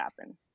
happen